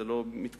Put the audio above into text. זה לא מתקופתי,